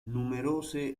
numerose